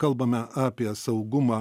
kalbame apie saugumą